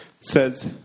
says